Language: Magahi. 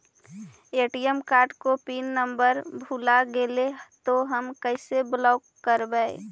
ए.टी.एम कार्ड को पिन नम्बर भुला गैले तौ हम कैसे ब्लॉक करवै?